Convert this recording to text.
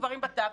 גברים וטף,